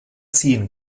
ziehen